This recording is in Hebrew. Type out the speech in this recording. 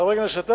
חבר הכנסת אדרי,